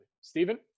Stephen